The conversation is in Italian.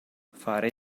fare